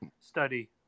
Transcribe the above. study